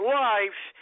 lives